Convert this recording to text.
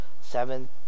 seven